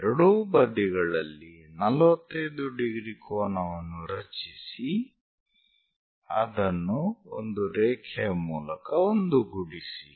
ಎರಡೂ ಬದಿಗಳಲ್ಲಿ 45 ° ಕೋನವನ್ನು ರಚಿಸಿ ಅದನ್ನು ಒಂದು ರೇಖೆಯ ಮೂಲಕ ಒಂದುಗೂಡಿಸಿ